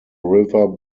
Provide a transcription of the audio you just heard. river